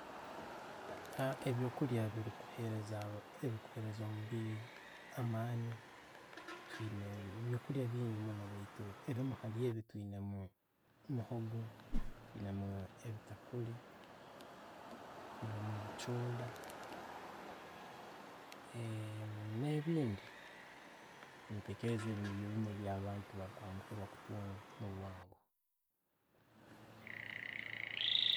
Ebyo'kulya ebikuhureeza, ebikuhereeza omubiiri amaani, tuyina ebyo'kulya bingi munno baitu ebiimu hali ebyo tuyina, muhogo, tuyinamu ebitakuli, tuyinemu ebicholi, ne'bindi, nentekereza niibyo ebiimu abantu byeba kwanguhiira kutunga omubwangu.